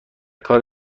کار